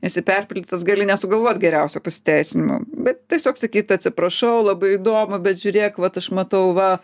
esi perpildytas gali nesugalvot geriausio pasiteisinimo bet tiesiog sakyt atsiprašau labai įdomu bet žiūrėk vat aš matau va